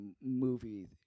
Movie